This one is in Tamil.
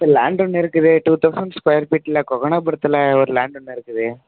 சார் லேண்ட் ஒன்று இருக்குது டூ தொளசண்ட் ஸ்கொயர் ஃபீட்டில் கொங்கனாபுரத்தில் ஒரு லேண்ட் ஒன்று இருக்குது